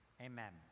Amen